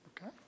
Okay